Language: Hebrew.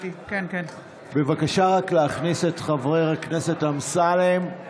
בבקשה להכניס את חבר הכנסת אמסלם ואת